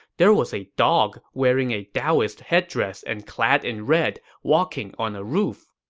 there was a dog wearing a daoist headdress and clad in red, walking on a roof.